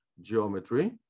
geometry